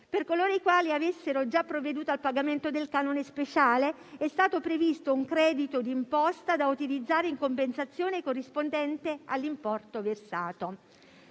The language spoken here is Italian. Per coloro i quali avessero già provveduto al pagamento del canone speciale è stato previsto un credito d'imposta da utilizzare in compensazione corrispondente all'importo versato.